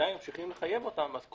ועדיין ממשיכים לחייב אותם.